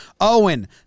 Owen